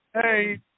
Hey